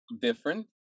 different